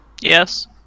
Yes